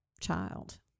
child